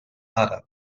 àrab